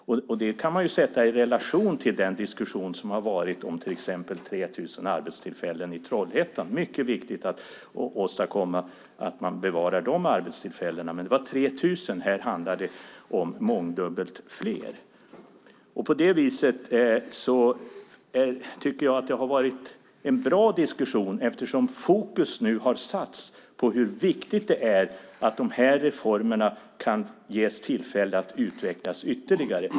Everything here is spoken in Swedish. Det kan man sätta i relation till exempel till den diskussion som har förts om 3 000 arbetstillfällen i Trollhättan. Det är viktigt att man bevarar de arbetstillfällena, men det är 3 000. Här handlar det om mångdubbelt fler. På det viset tycker jag att det har varit en bra diskussion, eftersom fokus nu har satts på hur viktigt det är att dessa reformer kan ges tillfälle att utvecklas ytterligare.